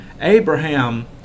Abraham